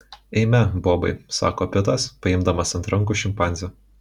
eime bobai sako pitas paimdamas ant rankų šimpanzę